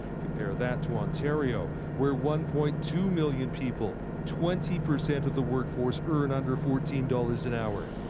compare that to ontario, where one point two million people, twenty percent of the workforce, earn under fourteen dollars an hour.